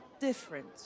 different